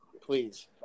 Please